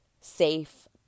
safe